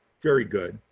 very good.